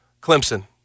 Clemson